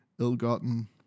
ill-gotten